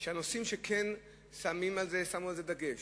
שהנושאים ששמנו עליהם דגש,